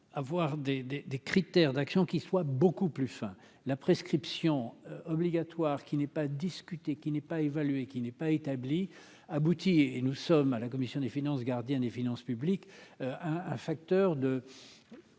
des, des critères d'actions qui soit beaucoup plus, enfin, la prescription obligatoire qui n'est pas discuter, qui n'est pas évalué, qui n'est pas établi abouti et nous sommes à la commission des finances, gardien des finances publiques un un facteur de